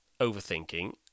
overthinking